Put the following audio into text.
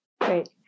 Great